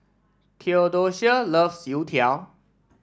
Theodocia loves Youtiao